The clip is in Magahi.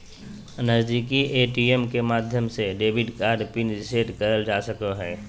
नजीदीकि ए.टी.एम के माध्यम से डेबिट कार्ड पिन रीसेट करल जा सको हय